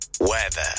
weather